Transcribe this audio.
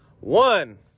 One